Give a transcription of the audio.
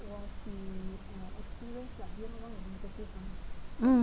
mm